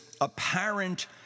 apparent